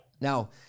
Now